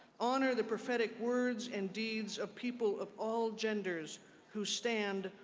honor the prophetic words and deeds of people of all genders who stand,